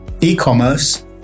e-commerce